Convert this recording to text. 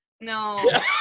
No